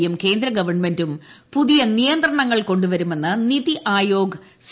യും കേന്ദ്ര ഗവൺമെന്റും പുതിയ നിയന്ത്രണങ്ങൾ കൊണ്ടു വരുമെന്ന് നിതി ആയോഗ് സി